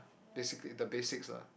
basically the basics lah